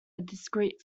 discrete